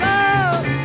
Love